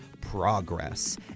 Progress